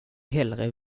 hellre